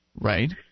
Right